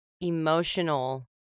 emotional